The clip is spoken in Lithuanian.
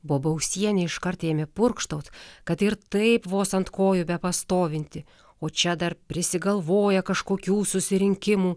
bobausienė iškart ėmė purkštaut kad ir taip vos ant kojų bepastovinti o čia dar prisigalvoja kažkokių susirinkimų